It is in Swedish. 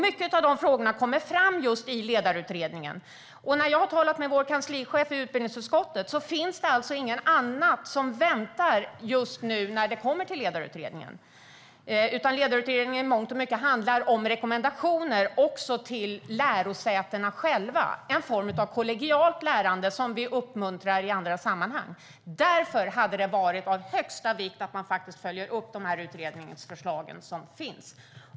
Mycket av de frågorna kommer fram just i Ledningsutredningen. När jag har talat med vår kanslichef i utbildningsutskottet har jag fått veta att det just nu inte finns någonting annat som väntar när det kommer till Ledningsutredningen. Ledningsutredningen handlar i mångt och mycket om rekommendationer också till lärosätena själva. Det är en form av kollegialt lärande som vi uppmuntrar i andra sammanhang. Därför hade det varit av största vikt att följa upp de utredningsförslag som finns.